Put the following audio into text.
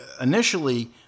Initially